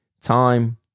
time